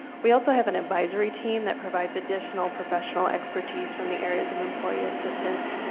we also have an advisory team that provides additional provides additional expertise from the areas of employee assistance.